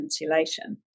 insulation